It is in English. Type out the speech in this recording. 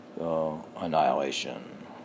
annihilation